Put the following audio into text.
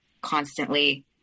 constantly